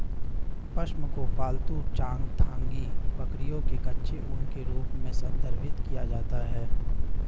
पश्म को पालतू चांगथांगी बकरियों के कच्चे ऊन के रूप में संदर्भित किया जाता है